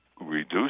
reduce